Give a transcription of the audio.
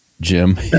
jim